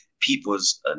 people's